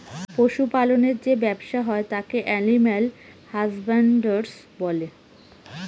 পশু পালনের যে ব্যবসা হয় তাকে এলিম্যাল হাসব্যানডরই বলে